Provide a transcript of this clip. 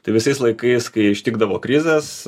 tai visais laikais kai ištikdavo krizės